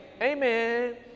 Amen